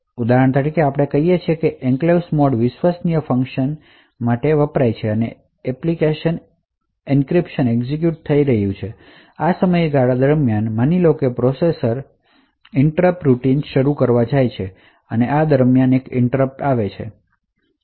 ઉદાહરણ તરીકે એન્ક્લેવ્સ મોડમાં વિશ્વસનીય ફંકશન જેવુ કે એન્ક્રિપ્શન એક્ઝિક્યુટ થઈ રહ્યું છે અને આ દરમિયાન એક ઇન્ટ્રપટ થાય છે અને પ્રોસેસર માટે ઇન્ટ્રપટ સેવા આપવી જરૂરી છે